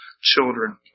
children